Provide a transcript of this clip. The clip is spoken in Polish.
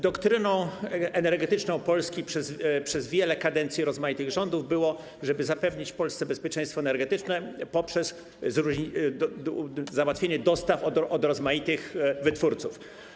Doktryną energetyczną Polski przez wiele kadencji rozmaitych rządów było to, żeby zapewnić Polsce bezpieczeństwo energetyczne poprzez załatwienie dostaw od rozmaitych wytwórców.